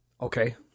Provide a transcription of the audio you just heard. Okay